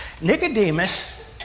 Nicodemus